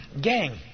Gang